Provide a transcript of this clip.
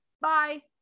Bye